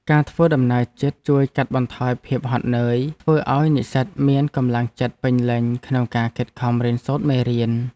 ការធ្វើដំណើរជិតជួយកាត់បន្ថយភាពហត់នឿយ ធ្វើឱ្យនិស្សិតមានកម្លាំងចិត្តពេញលេញក្នុងការខិតខំរៀនសូត្រមេរៀន។